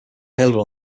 available